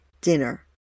dinner